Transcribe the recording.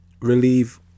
relieve